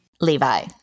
Levi